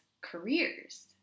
careers